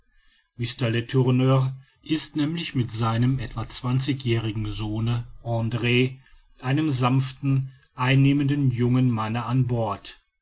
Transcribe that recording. ist nämlich mit seinem etwa zwanzigjährigen sohne andr einem sanften einnehmenden jungen manne an bord